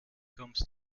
kommst